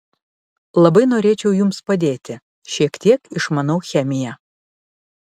labai norėčiau jums padėti šiek tiek išmanau chemiją